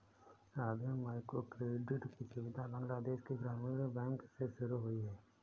आधुनिक माइक्रोक्रेडिट की सुविधा बांग्लादेश के ग्रामीण बैंक से शुरू हुई है